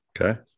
Okay